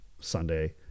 Sunday